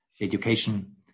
education